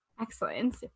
Excellent